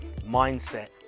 mindset